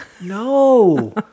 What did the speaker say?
no